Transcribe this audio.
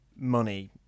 money